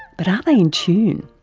but are they in tune?